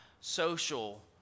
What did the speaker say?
social